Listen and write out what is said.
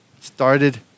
started